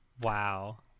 Wow